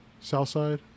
Southside